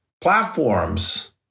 Platforms